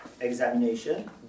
examination